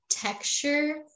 texture